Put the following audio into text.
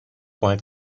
while